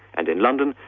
and in london,